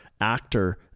actor